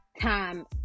time